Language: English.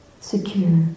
secure